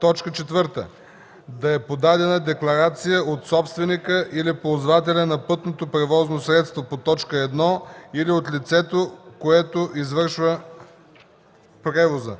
„4. да е подадена декларация от собственика или ползвателя на пътното превозно средство по т. 1 или от лицето, което извършва превоза,